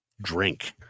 drink